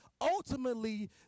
ultimately